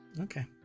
Okay